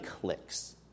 clicks